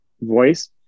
voice